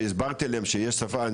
שהסברתי להם שיש בשפה,